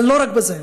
אבל לא רק בזה,